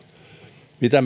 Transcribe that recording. mitä